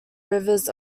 rivers